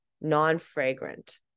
non-fragrant